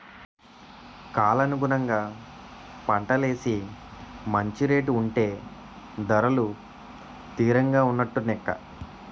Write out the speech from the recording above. కాలానుగుణంగా పంటలేసి మంచి రేటు ఉంటే ధరలు తిరంగా ఉన్నట్టు నెక్క